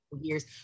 years